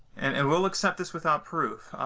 and and we'll accept this without proof.